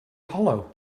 hollow